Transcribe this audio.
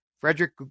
Frederick